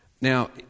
Now